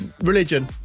religion